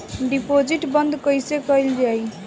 Deposit बंद कैसे कैल जाइ?